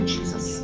Jesus